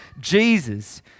Jesus